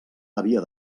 havia